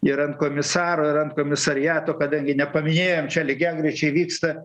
ir ant komisaro ir ant komisariato kadangi nepaminėjom čia lygiagrečiai vyksta